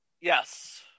Yes